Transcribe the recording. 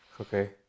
Okay